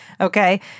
Okay